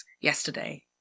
yesterday